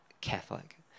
Catholic